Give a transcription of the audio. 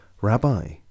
Rabbi